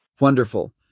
wonderful